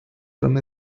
from